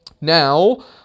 Now